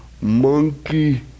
monkey